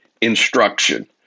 instruction